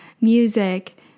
music